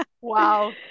wow